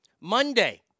Monday